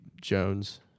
Jones